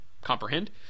comprehend